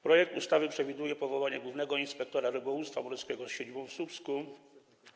Projekt ustawy przewiduje powołanie głównego inspektora rybołówstwa morskiego z siedzibą w Słupsku.